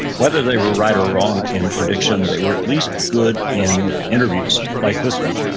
whether they were right or wrong in prediction, they were at least good in interviews like this one.